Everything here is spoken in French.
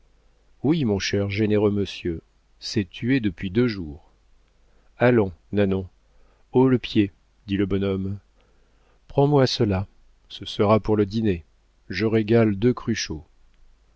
oui mon cher généreux monsieur c'est tué depuis deux jours allons nanon haut le pied dit le bonhomme prends-moi cela ce sera pour le dîner je régale deux cruchot